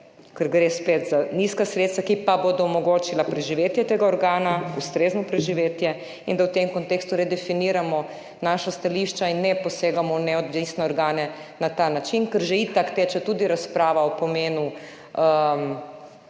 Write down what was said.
ker gre spet za nizka sredstva, ki pa bodo omogočila preživetje tega organa, ustrezno preživetje in da v tem kontekstu redefiniramo naša stališča in ne posegamo v neodvisne organe na ta način, ker že itak teče tudi razprava o pomenu,